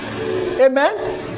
Amen